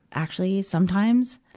actually, sometimes,